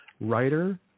Writer